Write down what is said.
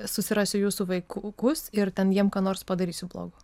susirasiu jūsų vaikus ir ten jiem ką nors padarysiu blogo